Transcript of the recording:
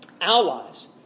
allies